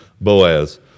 Boaz